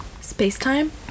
Space-time